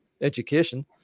education